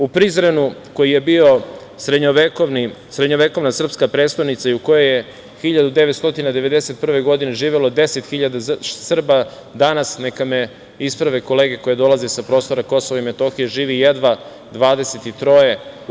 U Prizrenu, koji je bio srednjovekovna srpska prestonica i u kojoj je 1991. godine živelo 10 hiljada Srba, danas, neka me isprave kolege koje dolaze sa prostora KiM, živi jedva 23.